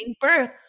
birth